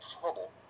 trouble